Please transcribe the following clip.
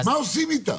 מה עושים איתם?